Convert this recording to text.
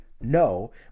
no